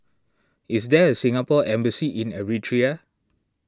is there a Singapore Embassy in Eritrea